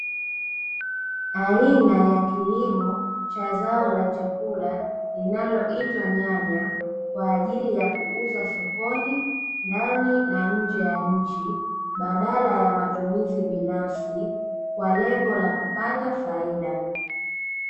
Aina ya kilimo cha zao la chakula linaloitwa nyanya kwa ajili ya kuuzwa sokoni, ndani na nje ya nchi badala ya matumizi binafsi kwa lengo la kupata faida.